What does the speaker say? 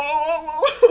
!wow! !wow! !wow!